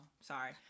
sorry